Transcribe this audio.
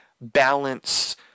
balance